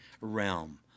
realm